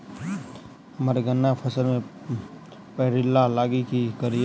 हम्मर गन्ना फसल मे पायरिल्ला लागि की करियै?